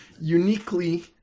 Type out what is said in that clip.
uniquely